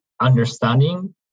understanding